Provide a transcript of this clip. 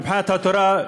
מבחינת התורה,